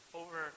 over